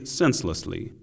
senselessly